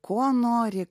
ko nori